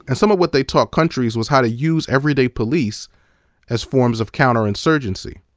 and some of what they taught countries was how to use everyday police as forms of counterinsurgency.